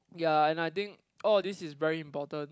ya and I think all of this is very important